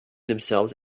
themselves